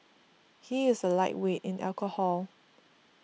he is a lightweight in alcohol